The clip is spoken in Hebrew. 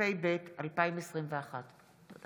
התשפ"ב 2021. תודה